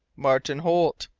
martin holt,